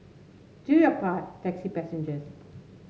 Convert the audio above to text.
do your part taxi passengers